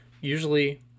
usually